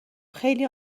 خیلی